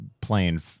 playing